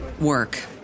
work